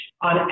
on